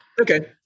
Okay